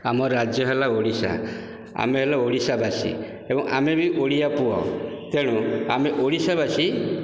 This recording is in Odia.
ଆମ ରାଜ୍ୟ ହେଲା ଓଡ଼ିଶା ଆମେ ହେଲୁ ଓଡ଼ିଶା ବାସି ଏବଂ ଆମେ ବି ଓଡ଼ିଆ ପୁଅ ତେଣୁ ଆମେ ଓଡ଼ିଶା ବାସି